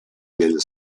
del